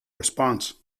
response